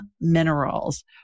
Minerals